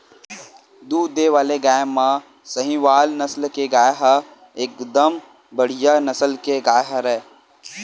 दूद देय वाले गाय म सहीवाल नसल के गाय ह एकदम बड़िहा नसल के गाय हरय